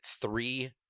three